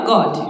God